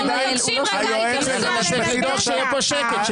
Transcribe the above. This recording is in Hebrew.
אתה צריך לדאוג שיהיה פה שקט.